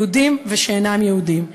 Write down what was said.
יהודים ושאינם יהודים.